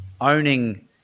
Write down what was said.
owning